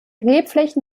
rebflächen